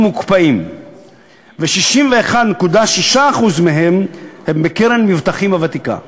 מוקפאים ו-61.6% מהם הם בקרן "מבטחים" הוותיקה.